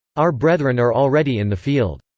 our brethren are already in the field!